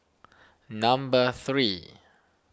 number three